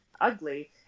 ugly